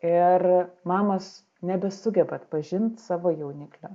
ir mamos nebesugeba atpažint savo jauniklio